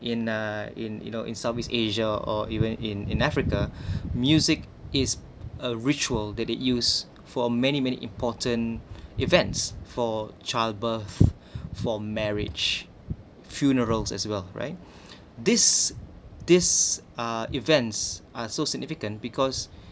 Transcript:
in uh in you know in southeast asia or even in in africa music is a ritual that it use for many many important events for childbirth for marriage funerals as well right these these uh events are so significant because